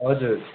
हजुर